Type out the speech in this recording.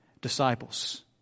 Disciples